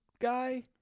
guy